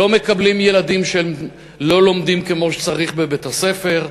לא מקבלים ילדים שלא לומדים כמו שצריך בבית-הספר.